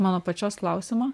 mano pačios klausimo